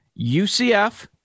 UCF